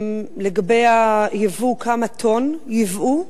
לגבי היבוא, כמה טון ייבאו?